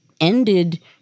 ended